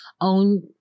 own